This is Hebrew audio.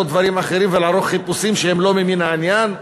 דברים אחרים ולערוך חיפושים שהם לא ממין העניין.